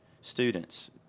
students